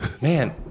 Man